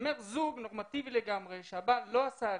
אני אומר זוג נורמטיבי לגמרי שהבעל לא עשה עלייה,